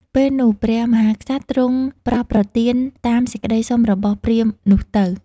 ពេលនោះព្រះមហាក្សត្រទ្រង់ប្រោសប្រទានតាមសេចក្តីសុំរបស់ព្រាហ្មណ៍នោះទៅ ។